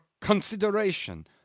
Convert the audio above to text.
consideration